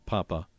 Papa